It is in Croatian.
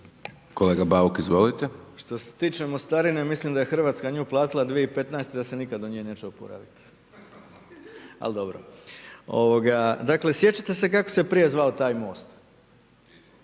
Arsen (SDP)** Što se tiče mostarine mislim da je Hrvatska nju platila 2015. i da se nikad od nje neće oporavit, ali dobro. Dakle sjećate se kako se prije zvao taj most?